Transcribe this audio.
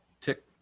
tick